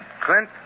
Clint